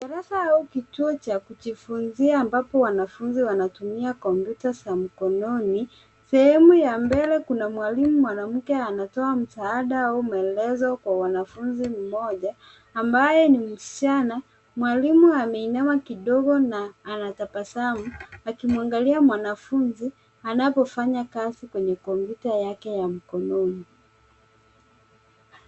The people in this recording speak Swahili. Darasa au kituo cha kujifunzia ambapo wanafunzi wanatumia kompyuta za mkononi. Sehemu ya mbele kuna mwalimu, mwanamke anatoa msaada au maelezo kwa wanafunzi mmoja ambaye ni msichana. Mwalimu ameinama kidogo na anatabasamu akimwangalia mwanafunzi anapofanya kazi kwenye komputa yake ya mkononi.